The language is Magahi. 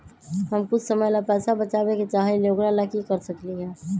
हम कुछ समय ला पैसा बचाबे के चाहईले ओकरा ला की कर सकली ह?